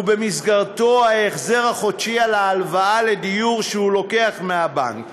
ובמסגרתו ההחזר החודשי על ההלוואה לדיור שהוא לוקח מהבנק